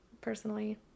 personally